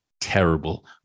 terrible